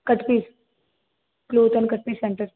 cut piece cloth and cut piece center